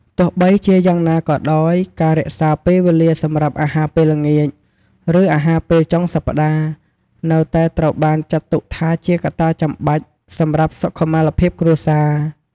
ទោះបីជាយ៉ាងណាក៏ដោយ ការរក្សាពេលវេលាសម្រាប់អាហារពេលល្ងាច ឬអាហារពេលចុងសប្តាហ៍ នៅតែត្រូវបានចាត់ទុកថាជាកត្តាចាំបាច់សម្រាប់សុខុមាលភាពគ្រួសារ។